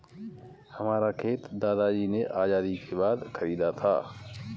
हमारा खेत दादाजी ने आजादी के बाद खरीदा था